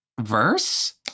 verse